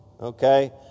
okay